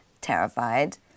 terrified